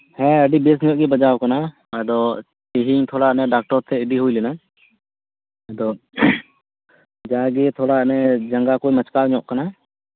ᱦᱮᱸ ᱟᱹᱰᱤ ᱵᱮᱥ ᱧᱚᱜ ᱜᱮᱭ ᱵᱟᱡᱟᱣ ᱠᱟᱱᱟ ᱟᱫᱚ ᱛᱮᱦᱤᱧ ᱛᱷᱚᱲᱟ ᱰᱟᱠᱴᱚᱨ ᱴᱷᱮᱱ ᱤᱫᱤ ᱦᱩᱭ ᱞᱮᱱᱟ ᱟᱫᱚ ᱡᱟᱜᱮ ᱛᱷᱚᱲᱟ ᱡᱟᱝᱜᱟ ᱠᱚ ᱢᱟᱪᱠᱟᱣ ᱧᱚᱜ ᱟᱠᱟᱱᱟ